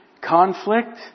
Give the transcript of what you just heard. conflict